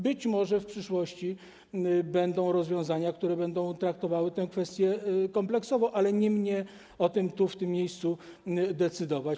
Być może w przyszłości będą rozwiązania, które będą traktowały tę kwestię kompleksowo, ale nie mnie o tym decydować.